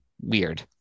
weird